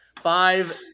Five